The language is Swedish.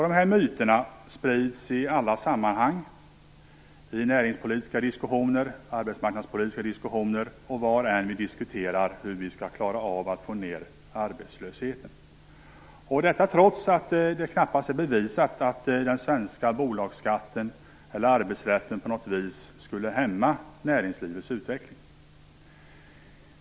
Dessa budskap sprids i alla sammanhang, i näringspolitiska diskussioner, i arbetsmarknadspolitiska diskussioner och var vi än diskuterar hur vi skall klara av att få ned arbetslösheten, trots att det knappast är bevisat att den svenska bolagsskatten eller arbetsrätten på något vis skulle hämma näringslivets utveckling.